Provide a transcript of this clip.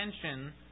attention